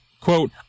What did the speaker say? Quote